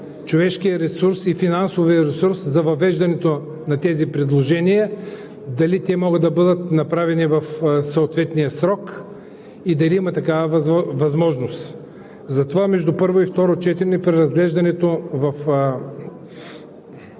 човешкия и финансовия ресурс за въвеждането на тези предложения, дали те могат да бъдат направени в съответния срок и дали има такава възможност. Затова между първо и второ четене при преразглеждането в